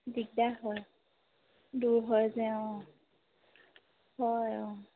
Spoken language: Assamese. দিগদাৰ হয় দূৰ হয় যে অঁ হয় অঁ